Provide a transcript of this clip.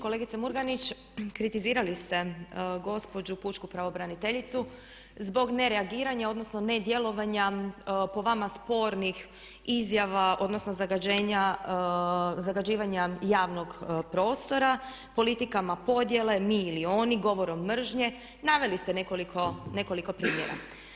Kolegice Murganić, kritizirali ste gospođu pučku pravobraniteljicu zbog nereagiranja odnosno nedjelovanja po vama spornih izjava odnosno zagađivanja javnog prostora politikama podjele mi ili oni, govorom mržnje naveli ste nekoliko primjera.